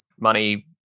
money